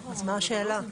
אז מה השאלה?